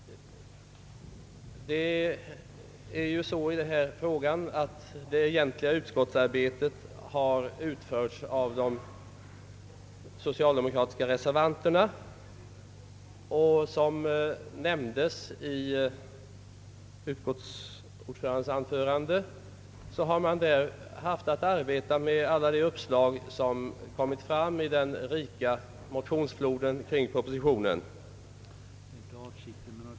Det egentliga utskottsarbetet har utförts av de socialdemokratiska reservanterna. Som utskottets ordförande nämnde i sitt anförande har man haft att arbeta med alla de uppslag som kommit fram i den rika motionsfloden kring propositionen.